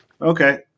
okay